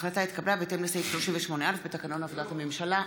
ההחלטה התקבלה בהתאם לסעיף 38א בתקנון עבודת הממשלה.